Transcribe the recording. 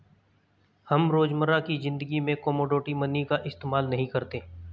हम रोजमर्रा की ज़िंदगी में कोमोडिटी मनी का इस्तेमाल नहीं करते